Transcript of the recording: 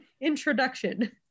introduction